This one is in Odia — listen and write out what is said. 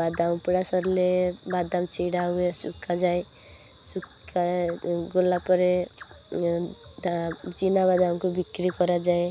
ବାଦାମ ଉପୁଡ଼ା ସରିଲେ ବାଦାମ୍ ଛିଡ଼ା ହୁଏ ଶୁଖା ଯାଏ ଶୁଖା ଗଲା ପରେ ତା ଚିନାବାଦାମ୍କୁ ବିକ୍ରି କରାଯାଏ